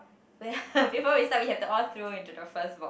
yeah before we start we have to all throw into the first box